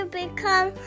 become